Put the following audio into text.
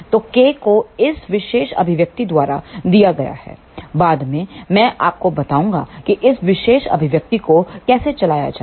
तो K को इस विशेष अभिव्यक्ति द्वारा दिया गया है बाद में मैं आपको बताऊंगा कि इस विशेष अभिव्यक्ति को कैसे चलाया जाए